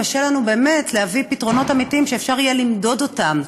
קשה לנו באמת להביא פתרונות אמיתיים שיהיה אפשר למדוד אותם.